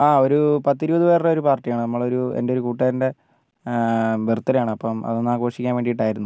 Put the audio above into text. ആ ഒരു പത്തിരുപതുപേരുടെ ഒരു പാർട്ടി ആണ് നമ്മളൊരു എൻ്റെയൊരു കൂട്ടുകാരെൻ്റെ ബർത്ഡേ ആണ് അപ്പം അതൊന്ന് ആഘോഷിക്കാൻ വേണ്ടീട്ടായിരുന്നു